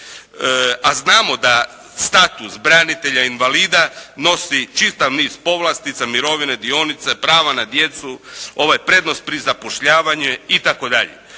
A znamo da status branitelja invalida nosi čitav niz povlastica, mirovine, dionice, prava na djecu, ove prednosti pri zapošljavanju itd..